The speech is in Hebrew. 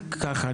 ככה,